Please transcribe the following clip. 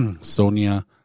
Sonia